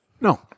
No